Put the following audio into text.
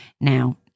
Now